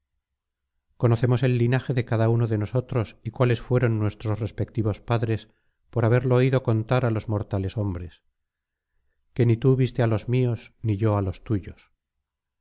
conocemos el linaje de cada uno de nosotros y cuáles fueron nuestros respectivos padres por haberlo oído contar á los mortales hombres que ni tú viste á los míos ni yo á los tuyos